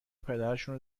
پدرشونو